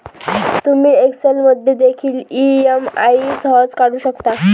तुम्ही एक्सेल मध्ये देखील ई.एम.आई सहज काढू शकता